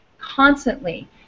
constantly